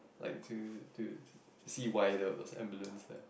like to to see why there was ambulance there